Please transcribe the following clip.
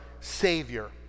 Savior